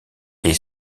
est